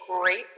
great